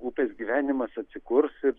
upės gyvenimas atsikurs ir